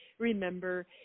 remember